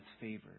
favored